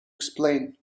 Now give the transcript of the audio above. explain